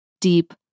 deep